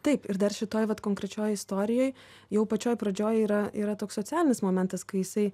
taip ir dar šitoj vat konkrečioj istorijoj jau pačioj pradžioj yra yra toks socialinis momentas kai jisai